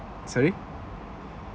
sorry